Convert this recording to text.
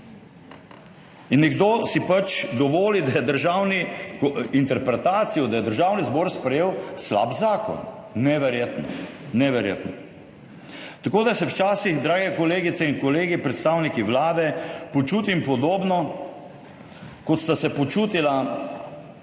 in nekdo si pač dovoli interpretacijo, da je Državni zbor sprejel slab zakon. Neverjetno, neverjetno. Tako da se včasih, drage kolegice in kolegi, predstavniki Vlade, počutim podobno, kot sta se počutila zavedna